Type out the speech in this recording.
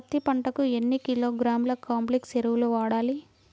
పత్తి పంటకు ఎన్ని కిలోగ్రాముల కాంప్లెక్స్ ఎరువులు వాడాలి?